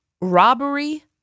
robbery